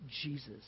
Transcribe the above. Jesus